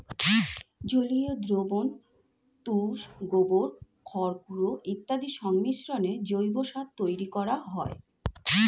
জলীয় দ্রবণ, তুষ, গোবর, খড়গুঁড়ো ইত্যাদির সংমিশ্রণে জৈব সার তৈরি করা হয়